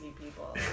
people